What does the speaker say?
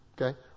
okay